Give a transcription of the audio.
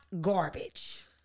garbage